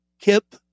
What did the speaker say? Kip